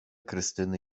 krystyny